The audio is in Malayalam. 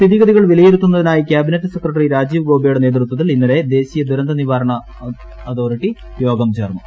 സ്ഥിതിഗതികൾ വിലയിരുത്തുന്നതിനായി ക്യാബിനറ്റ് സെക്രട്ടറി രാജീവ് ഗൌബയുടെ നേതൃത്വത്തിൽ ദേശീയ ദുരന്ത നിവാരണ കമ്മിറ്റി യോഗം ചേർന്നു